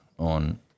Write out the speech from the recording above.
on